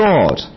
God